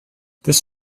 this